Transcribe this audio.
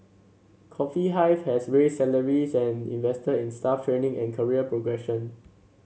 Coffee Hive has raised salaries and invested in staff training and career progression